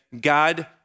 God